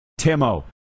Timo